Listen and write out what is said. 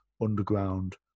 underground